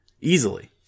easily